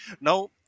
now